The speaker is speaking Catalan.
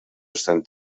estan